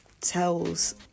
tells